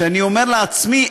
שאני אומר לעצמי,